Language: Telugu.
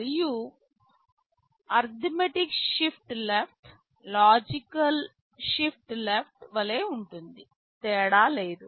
మరియు arithmetic shift left logical shift left వలె ఉంటుంది తేడా లేదు